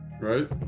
right